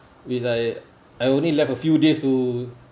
is Iike I only left a few days to